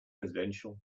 residential